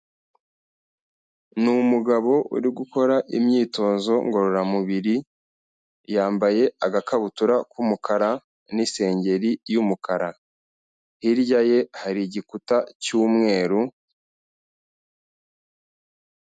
Ni umugabo uri gukora imyitozo ngororamubiri, yambaye agakabutura k'umukara n'isengeri y'umukara, hirya ye hari igikuta cy'umweru.